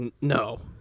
no